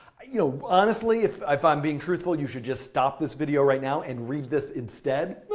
ah you know, honestly, if if i'm being truthful, you should just stop this video right now and read this instead. but,